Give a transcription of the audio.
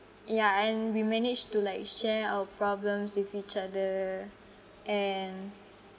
ya and we managed to like share our problems with each other and